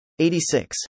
86